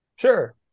Sure